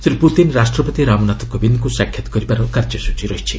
Shri Putin ରାଷ୍ଟ୍ରପତି ରାମନାଥ କୋବିନ୍ଦ୍କୁ ସାକ୍ଷାତ୍ କରିବାର କାର୍ଯ୍ୟସୂଚୀ ରହିଛି